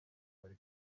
bari